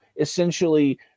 essentially